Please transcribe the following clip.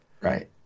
Right